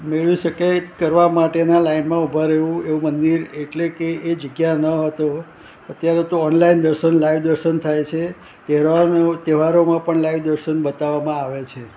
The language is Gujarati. મેળવી શકે કરવા માટેના લાઇનમાં ઊભા રહેવું એવું મંદિર એટલે કે એ જગ્યા ન હોય તો અત્યારે તો ઓનલાઈન દર્શન લાઈવ દર્શન થાય છે તહેવારોમાં પણ લાઈવ દર્શન બતાવામાં આવે છે